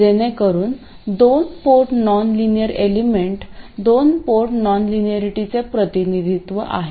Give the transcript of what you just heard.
जेणेकरून दोन port nonlinear element दोन पोर्ट नॉनलाइनरिटीचे प्रतिनिधित्व आहे